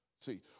See